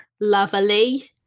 Lovely